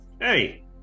Hey